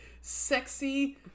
sexy